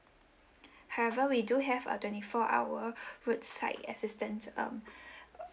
however we do have a twenty four hour roadside assistance um uh